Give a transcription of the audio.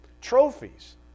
Trophies